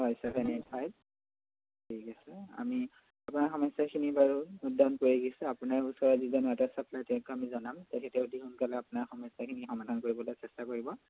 হয় seven eight five ঠিক আছে আমি আপোনাৰ সমস্যাখিনি বাৰু ন'ট ডাউন কৰি ৰাখিছোঁ আপোনাৰ ওচৰত যিজন ৱাটাৰ ছাপ্লাই তেওঁক আমি জনাম তেখেতে অতি সোনকালে আপোনাৰ সমস্যাখিনি সমাধান কৰিবলৈ চেষ্টা কৰিব